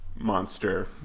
monster